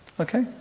Okay